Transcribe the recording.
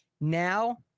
now